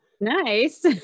Nice